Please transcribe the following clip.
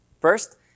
First